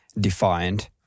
defined